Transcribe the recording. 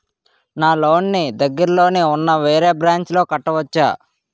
నా లోన్ నీ దగ్గర్లోని ఉన్న వేరే బ్రాంచ్ లో కట్టవచా?